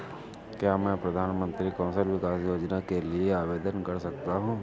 क्या मैं प्रधानमंत्री कौशल विकास योजना के लिए आवेदन कर सकता हूँ?